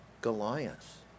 Goliath